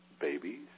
babies